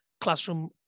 classroom